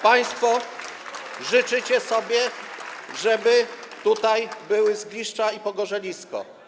Państwo życzycie sobie, żeby tutaj były zgliszcza i pogorzelisko.